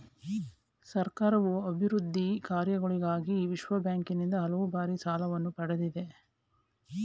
ಸರ್ಕಾರವು ಅಭಿವೃದ್ಧಿ ಕಾರ್ಯಗಳಿಗಾಗಿ ವಿಶ್ವಬ್ಯಾಂಕಿನಿಂದ ಹಲವು ಬಾರಿ ಸಾಲವನ್ನು ಪಡೆದಿದೆ